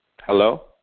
Hello